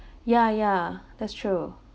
yeah yeah that's true